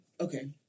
Okay